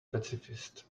pacifist